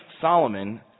Solomon